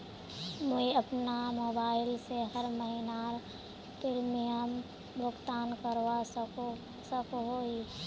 मुई अपना मोबाईल से हर महीनार प्रीमियम भुगतान करवा सकोहो ही?